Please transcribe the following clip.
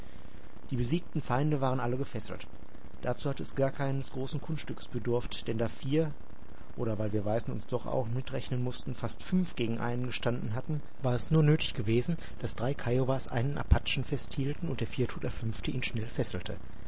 die besiegten feinde waren alle gefesselt dazu hatte es gar keines großen kunststückes bedurft denn da vier oder weil wir weißen uns doch auch mitrechnen mußten fast fünf gegen einen gestanden hatten war es nur nötig gewesen daß drei kiowas einen apachen festhielten und der vierte oder fünfte ihn schnell fesselte